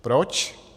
Proč?